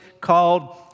called